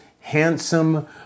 handsome